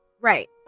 right